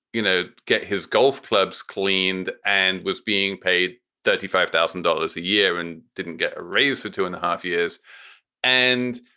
you know, get his golf clubs cleaned and was being paid thirty five thousand dollars a year and didn't get a raise or two and a half years and.